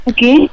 Okay